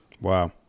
Wow